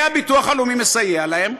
והביטוח הלאומי מסייע להם,